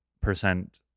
percent